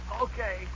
Okay